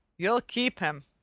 you'll keep him.